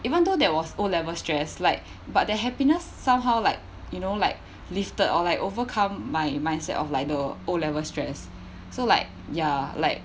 even though that was O levels stress like but the happiness somehow like you know like lifted or like overcome my mindset of like the O level stress so like ya like